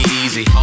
easy